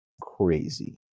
crazy